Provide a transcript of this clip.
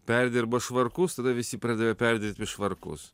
perdirba švarkus tada visi pradeda perdaryt švarkus